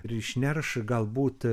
ir išnerš galbūt